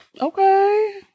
Okay